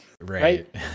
Right